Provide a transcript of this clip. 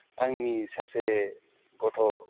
आंनि सासे गथ'